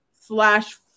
slash